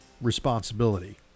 responsibility